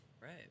Right